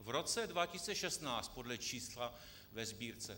V roce 2016 podle čísla ve Sbírce.